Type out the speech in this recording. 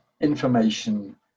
information